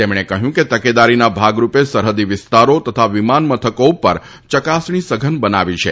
તેમણે કહ્યું કે તકેદારીના ભાગરૂપે સરહદી વિસ્તારો તથા વિમાન મથકો પર ચકાસણી સઘન બનાવી છે